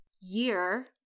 year